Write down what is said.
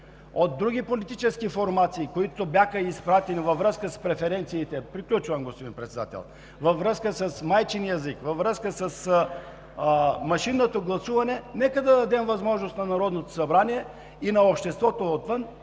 от други политически формации, които бяха изпратени във връзка с преференциите (председателят дава сигнал, че времето е изтекло) във връзка с майчиния език, във връзка с машинното гласуване. Нека да дадем възможност на Народното събрание и на обществото отвън